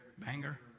banger